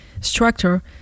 structure